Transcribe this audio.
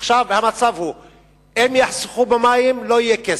עכשיו, אם יחסכו במים, לא יהיה כסף,